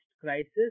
crisis